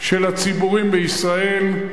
של הציבורים בישראל.